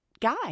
guy